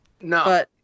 No